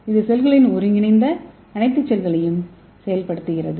இது செல்களின் ஒருங்கிணைந்த அனைத்து செயல்களையும் செயல்படுத்துகிறது